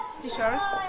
t-shirts